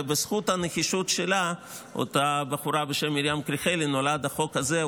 בזכות הנחישות של אותה בחורה בשם מרים קריכלי נולד החוק הזה.